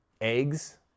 eggs